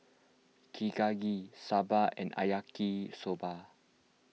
Chigenabe Sambar and Yaki Soba